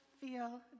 feel